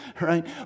right